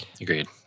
Agreed